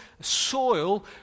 soil